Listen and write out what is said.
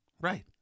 Right